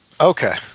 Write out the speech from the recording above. Okay